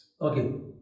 okay